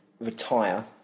retire